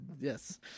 yes